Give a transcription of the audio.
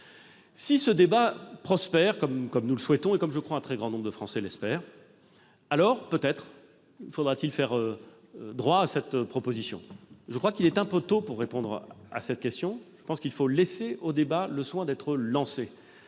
Si ce débat prospère, comme nous le souhaitons et comme, à mon sens, un très grand nombre de Français l'espère, alors peut-être faudra-t-il faire droit à cette proposition. Je crois qu'il est un peu tôt pour répondre à cette question, car il faut laisser au débat le temps